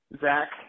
Zach